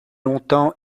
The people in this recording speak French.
longtemps